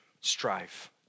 strife